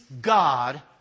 God